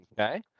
okay